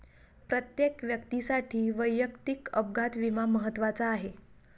प्रत्येक व्यक्तीसाठी वैयक्तिक अपघात विमा महत्त्वाचा आहे